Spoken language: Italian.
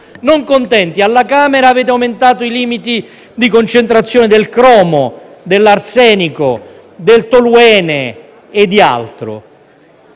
non contenti, alla Camera avete aumentato i limiti di concentrazione del cromo, dell’arsenico, del toluene e di altro